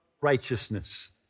righteousness